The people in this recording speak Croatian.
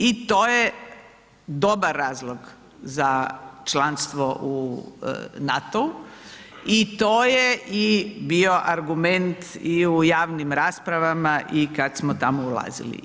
I to je dobar razlog za članstvo u NATO-u i to je i bio argument i u javnim raspravama i kad smo tamo ulazili.